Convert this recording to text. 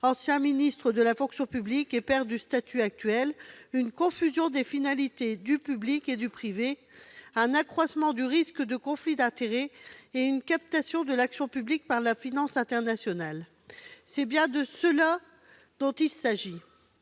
ancien ministre de la fonction publique et père du statut actuel, « une confusion des finalités du public et du privé, un accroissement du risque de conflits d'intérêts et une captation de l'action publique par la finance internationale ». C'est bien de cela qu'il s'agit.